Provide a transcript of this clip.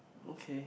okay